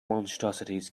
monstrosities